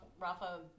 Rafa